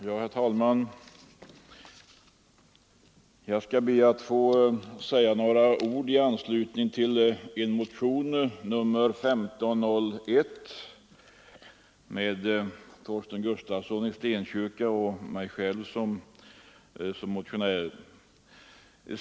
Herr talman! Jag skall be att få säga några ord med anledning av motionen 1501 av mig själv och herr Gustafsson i Stenkyrka.